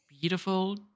Beautiful